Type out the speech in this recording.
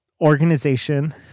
organization